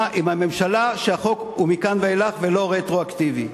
עם הממשלה שהחוק הוא מכאן ואילך ולא רטרואקטיבי.